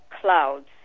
clouds